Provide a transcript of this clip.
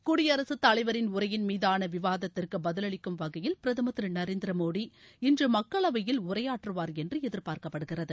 குடியரசுத் தலைவரின் உரையின் மீதான விவாதத்திற்கு பதிலளிக்கும் வகையில் பிரதமா் திரு நரேந்திர மோடி இன்று மக்களவையில் உரையாற்றுவார் என்று எதிர்பார்க்கப்படுகிறது